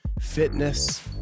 fitness